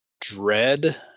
Dread